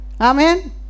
Amen